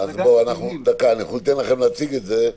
אנחנו ניתן לכם להציג את זה.